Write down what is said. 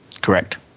Correct